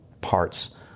parts